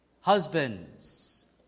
Husbands